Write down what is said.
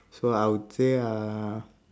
so I would say uh